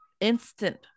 instant